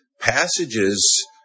passages